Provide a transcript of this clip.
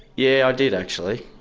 yeah, i did actually.